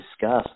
discuss